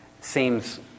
seems